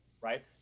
right